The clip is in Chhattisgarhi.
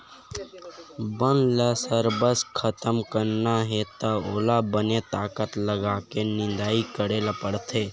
बन ल सरबस खतम करना हे त ओला बने ताकत लगाके निंदई करे ल परथे